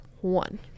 one